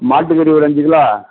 மாட்டுக்கறி ஒரு அஞ்சு கிலோ